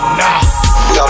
nah